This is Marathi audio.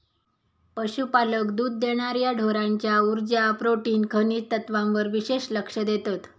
पशुपालक दुध देणार्या ढोरांच्या उर्जा, प्रोटीन, खनिज तत्त्वांवर विशेष लक्ष देतत